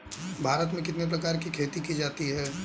भारत में कितने प्रकार की खेती की जाती हैं?